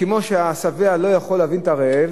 כמו שהשבע לא יכול להבין את הרעב,